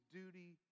duty